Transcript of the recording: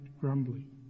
grumbling